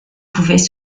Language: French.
pouvaient